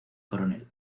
coronel